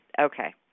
okay